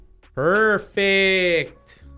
Perfect